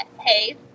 Hey